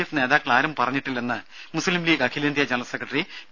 F നേതാക്കളാരും പറഞ്ഞിട്ടില്ലെന്ന് Muslim League അഖിലേന്ത്യാ ജനറൽ സെക്രട്ടറി പി